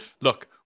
look